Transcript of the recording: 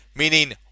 Meaning